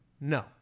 No